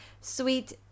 Sweet